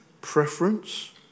preference